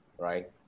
Right